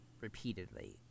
repeatedly